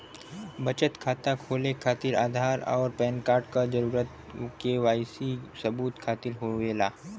बचत खाता खोले खातिर आधार और पैनकार्ड क जरूरत के वाइ सी सबूत खातिर होवेला